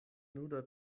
nuda